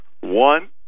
One